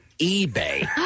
eBay